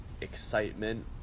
excitement